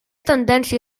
tendència